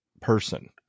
person